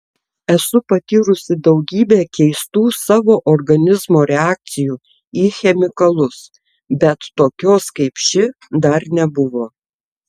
esu patyrusi daugybę keistų savo organizmo reakcijų į chemikalus bet tokios kaip ši dar nebuvo